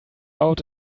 out